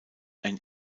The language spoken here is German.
ein